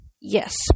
Yes